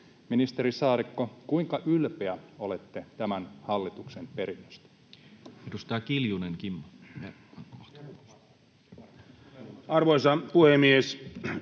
Ministeri Saarikko, kuinka ylpeä olette tämän hallituksen perinnöstä? [Speech 158] Speaker: Toinen varapuhemies